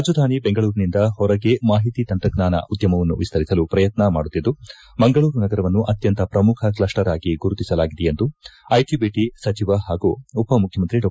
ರಾಜಧಾನಿ ಬೆಂಗಳೂರಿನಿಂದ ಹೊರಗೆ ಮಾಹಿತಿ ತಂತ್ರಜ್ಞಾನ ಉದ್ದಮವನ್ನು ವಿಸ್ತರಿಸಲು ಪ್ರಯತ್ನ ಮಾಡುತ್ತಿದ್ದು ಮಂಗಳೂರು ನಗರವನ್ನು ಅತ್ಯಂತ ಪ್ರಮುಖ ಕ್ಷಸ್ನರ್ ಆಗಿ ಗುರುತಿಸಲಾಗಿದೆ ಎಂದು ಐಟಿ ಐಟಿ ಸಚಿವ ಡಾ